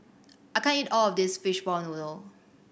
I can't eat all of this fishball noodle